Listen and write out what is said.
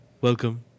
welcome